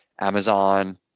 Amazon